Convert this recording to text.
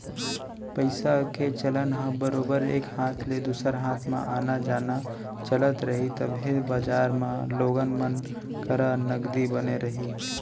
पइसा के चलन ह बरोबर एक हाथ ले दूसर हाथ म आना जाना चलत रही तभे बजार म लोगन मन करा नगदी बने रही